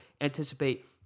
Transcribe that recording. anticipate